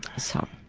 some